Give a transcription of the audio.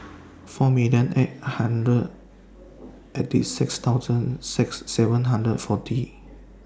four million eight hundred eighty six thousand six seven hundred forty